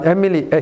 Emily